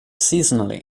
seasonally